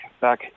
back